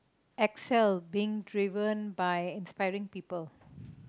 excel being driven by inspiring people